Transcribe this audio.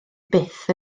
byth